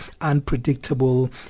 unpredictable